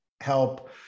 help